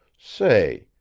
say!